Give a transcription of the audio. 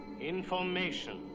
Information